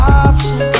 option